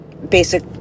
basic